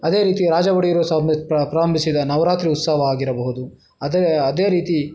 ಅದೇ ರೀತಿ ರಾಜ ಒಡೆಯರು ಸಹ ಪ್ರಾರಂಭಿಸಿದ ನವರಾತ್ರಿ ಉತ್ಸವ ಆಗಿರಬಹುದು ಅದೆ ಅದೇ ರೀತಿ